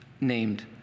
named